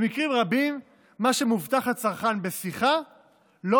במקרים רבים מה שמובטח לצרכן בשיחה לא